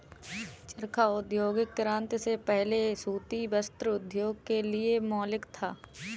चरखा औद्योगिक क्रांति से पहले सूती वस्त्र उद्योग के लिए मौलिक था